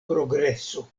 progreso